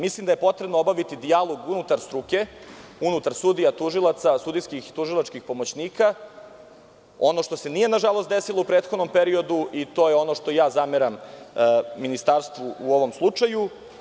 Mislim da je potrebno obaviti dijalog unutar struke, unutar sudija, tužilaca, sudijskih i tužilačkih pomoćnika, ono što se nije, nažalost, desilo u prethodnom periodu, i to je ono što zameram ministarstvu u ovom slučaju.